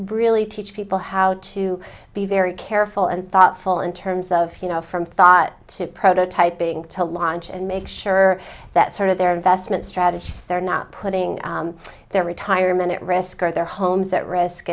really teach people how to be very careful and thoughtful in terms of from thought to prototyping to launch and make sure that sort of their investment strategies they're not putting their retirement at risk or their homes at risk